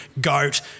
goat